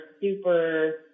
super